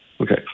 Okay